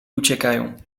uciekają